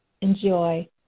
enjoy